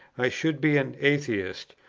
i should be an atheist,